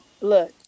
look